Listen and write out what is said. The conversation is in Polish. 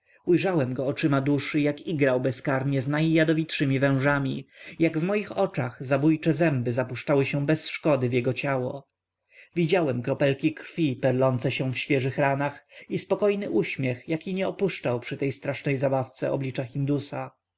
ujrzałem go oczami duszy jak igrał bezkarnie z najjadowitszemi wężami jak w moich oczach zabójcze zęby zapuszczały się bez szkody w jego ciało widziałem kropelki krwi perlące się w świeżych ranach i spokojny uśmiech jaki nie opuszczał przy tej strasznej zabawce oblicza indusa